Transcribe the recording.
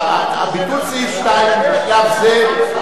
ביטול סעיף 2 בשלב זה,